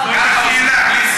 אתה לא מאמין לזה.